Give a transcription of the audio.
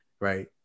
Right